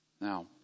Now